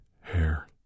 hair